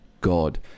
God